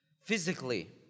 physically